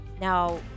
Now